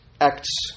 Acts